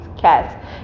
cats